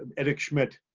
and eric schmidt,